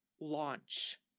launch